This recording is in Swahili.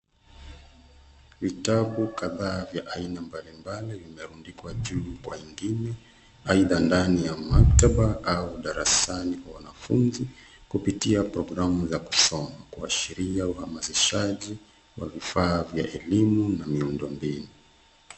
Vitabu kadhaa vya aina mbali mbali vimerundikwa juu kwa ingine, aidha ndani ya maktaba au darasani kwa wanafunzi kupitia programu za kusoma, kuashiria uhamazishaji wa vifaa vya elimu na miundo mbinu.